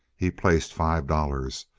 he placed five dollars,